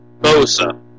Bosa